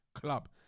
club